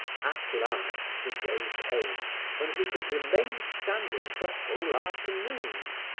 at last the day came when he could remain standing for whole afternoons.